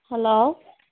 hello